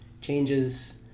changes